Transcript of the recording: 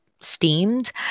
steamed